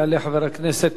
יעלה חבר הכנסת